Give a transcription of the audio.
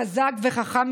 חלק מהעדרים,